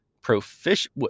proficient